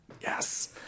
Yes